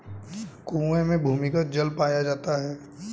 कुएं में भूमिगत जल पाया जाता है